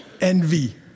Envy